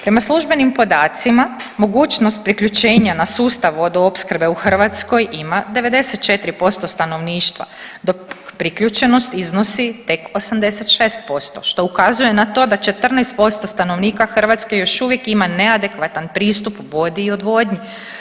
Prema službenim podacima mogućnost priključenja na sustav vodoopskrbe u Hrvatskoj ima 94% stanovništva dok priključenost iznosi tek 86% što ukazuje na to da 14% stanovnika Hrvatske još uvijek ima neadekvatan pristup vodi i odvodnji.